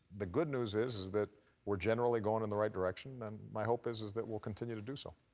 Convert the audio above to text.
the good news is is that we're generally going in the right direction, and my hope is is that we'll continue to do so.